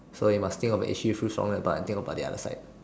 so you must think about the but I think about the other side